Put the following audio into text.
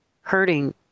hurting